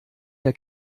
der